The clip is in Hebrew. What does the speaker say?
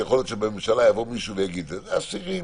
שיכול להיות שבממשלה יבוא מישהו ויגיד זה אסירים,